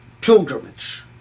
pilgrimage